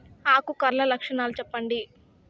ఆకు కర్ల లక్షణాలు సెప్పండి